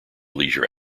leisure